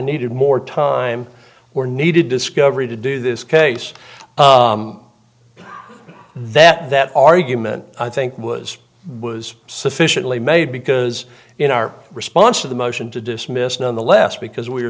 needed more time or needed discovery to do this case that that argument i think was was sufficiently made because in our response to the motion to dismiss nonetheless because we